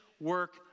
work